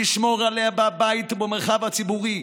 נשמור עליה בבית ובמרחב הציבורי,